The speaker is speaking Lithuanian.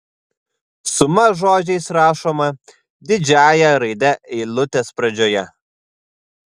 suma žodžiais rašoma didžiąja raide eilutės pradžioje